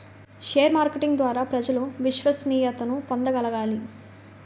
share marketing ద్వారా ప్రజలు విశ్వసనీయతను పొందగలగాలి